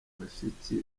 bashiki